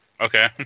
Okay